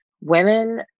women